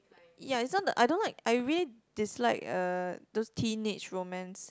ya it's not the I don't like I really dislike uh those teenage romance